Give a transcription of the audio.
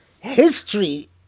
History